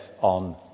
on